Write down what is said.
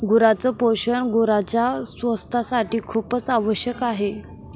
गुरांच पोषण गुरांच्या स्वास्थासाठी खूपच आवश्यक आहे